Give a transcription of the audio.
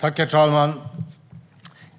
Herr talman!